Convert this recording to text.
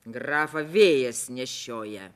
grafą vėjas nešioja